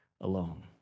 alone